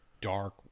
dark